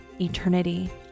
eternity